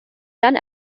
dann